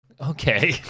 Okay